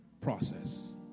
Process